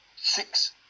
Six